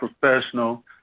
professional